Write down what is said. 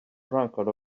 drunkard